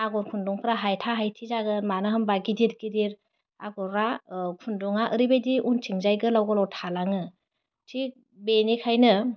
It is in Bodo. आग'र खुन्दुंफ्रा हायथा हायथि जागोन मानो होनबा गिदिर गिदिर आग'रा खुन्दुङा ओरैबायदि उनथिंजाय गोलाव गोलाव थालाङो थिग बेनिखायनो